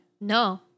No